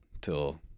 till